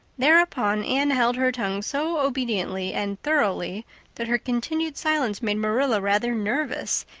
thereupon anne held her tongue so obediently and thoroughly that her continued silence made marilla rather nervous,